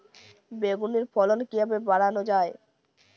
বেগুনের ফলন কিভাবে বাড়ানো যায়?